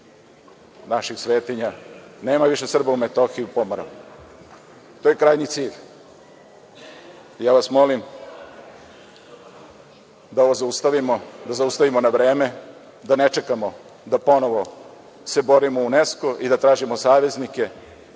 naših svetinja, nema više Srba u Metohiji i Pomoravlju. To je krajnji cilj. Ja vas molim da ovo zaustavimo na vreme, da ne čekamo ponovo da se borimo UNESKO i da tražimo saveznike